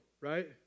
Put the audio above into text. right